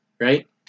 Right